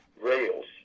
rails